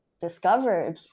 discovered